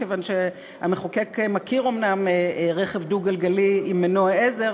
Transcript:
כיוון שהמחוקק מכיר אומנם רכב דו-גלגלי עם מנוע עזר,